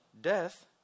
death